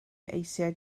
eisiau